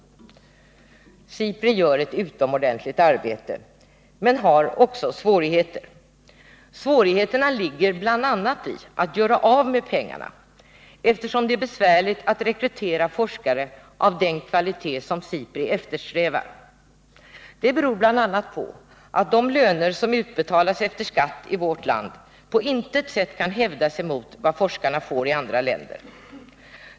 SIPRI gör ett utomordentligt arbete trots att man har vissa svårigheter. Svårigheterna ligger bl.a. i att kunna förbruka pengarna, eftersom man har problem med att rekrytera forskare av den kvalitet som SIPRI eftersträvar. Detta beror bl.a. på att de löner som utbetalas efter skatt i vårt land på intet sätt kan jämföras med de löner som forskarna får i andra länder.